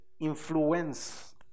influence